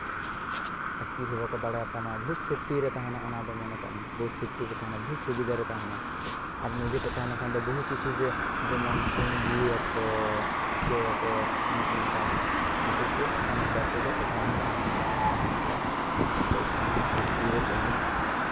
ᱟᱹᱛᱠᱤᱨ ᱦᱚᱸ ᱵᱟᱠᱚ ᱫᱟᱲᱮᱭᱟᱛᱟᱢᱟ ᱵᱚᱦᱩᱛ ᱥᱮᱯᱴᱤ ᱨᱮ ᱛᱟᱦᱮᱱᱟ ᱚᱱᱟ ᱫᱚ ᱢᱚᱱᱮ ᱠᱟᱜ ᱢᱮ ᱵᱚᱦᱩᱛ ᱥᱮᱯᱴᱤ ᱨᱮ ᱛᱟᱦᱮᱱᱟ ᱵᱚᱦᱩᱛ ᱥᱩᱵᱤᱫᱟ ᱨᱮ ᱛᱟᱦᱮᱱᱟ ᱟᱨ ᱱᱤᱡᱮ ᱴᱷᱮᱡ ᱛᱟᱦᱮᱞᱮᱱᱠᱷᱟᱱ ᱫᱚ ᱵᱚᱦᱩ ᱠᱤᱪᱷᱩ ᱡᱮᱢᱚᱱ ᱠᱳᱸᱵᱽᱲᱳᱭᱟᱠᱚ ᱪᱤᱠᱟᱹᱭᱟᱠᱚ ᱚᱱᱮ ᱚᱱᱠᱟ ᱚᱱᱟᱛᱮ ᱪᱮᱫ ᱤᱧᱟᱹᱜ ᱵᱟᱲᱟᱭ ᱛᱮᱫᱚ ᱮᱠᱟᱣᱩᱱᱴ ᱛᱮᱦᱮ ᱞᱮᱱᱠᱷᱟᱱ ᱫᱚ ᱵᱷᱟᱜᱮᱜᱼᱟ ᱯᱚᱭᱥᱟ ᱦᱚᱸ ᱥᱮᱯᱴᱤ ᱨᱮ ᱛᱮᱦᱮᱱᱟ